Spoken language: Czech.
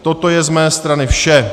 Toto je z mé strany vše.